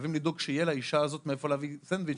חייבים לדאוג שיהיה לאישה הזאת מאיפה להביא סנדוויץ'.